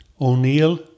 O'Neill